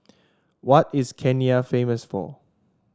what is Kenya famous for